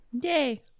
yay